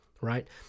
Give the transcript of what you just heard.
Right